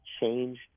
change